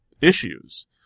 issues